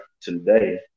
today